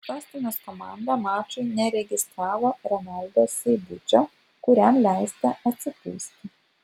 sostinės komanda mačui neregistravo renaldo seibučio kuriam leista atsipūsti